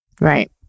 Right